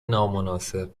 نامناسب